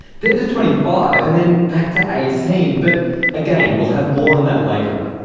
then to twenty five and then back to eighteen, but again, we'll have more on that later.